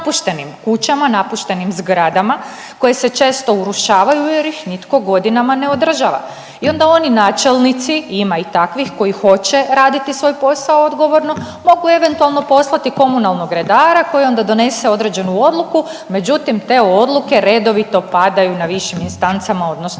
kućama, napuštenim zgradama koje se često urušavaju jer ih nitko godinama ne održava i onda oni načelnici, ima i takvih, koji hoće raditi svoj posao odgovorno, mogu eventualno poslati komunalnog redara koji onda donese određenu odluku, međutim, te odluke redovito padaju na višim instancama, odnosno